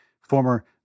Former